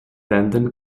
ländern